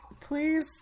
please